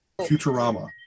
Futurama